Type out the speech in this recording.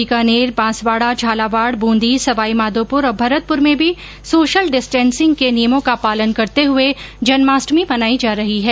बीकानेर बांसवाड़ा झालावाड़ बूंदी सवाईमाधोपुर और भरतपुर में भी सोशल डिस्टेन्सिंग के नियमों का पालन करते हुए जन्माष्टमी मनाई जा रही है